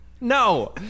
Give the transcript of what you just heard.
no